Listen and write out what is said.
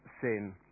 sin